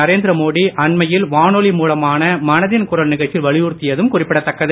நரேந்திரமோடி அண்மையில் வானொலி மூலமான மனதின் குரல் நிகழ்ச்சியில் வலியுறுத்தியதும் குறிப்பிடத்தக்கது